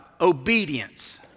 obedience